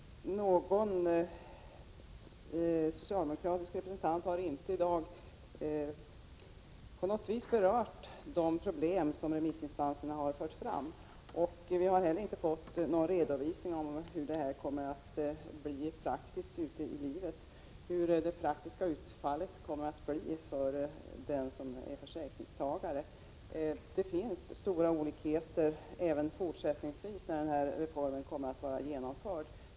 Någon socialdemokratisk representant har inte i dag på något vis berört de problem som remissinstanserna har fört fram. Vi har heller inte fått någon redovisning av hur det praktiska utfallet kommer att bli för den som är försäkringstagare. Det kommer att finnas stora olikheter även när reformen är genomförd.